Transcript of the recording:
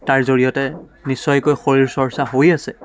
তাৰ জৰিয়তে নিশ্চয়কৈ শৰীৰ চৰ্চা হৈ আছে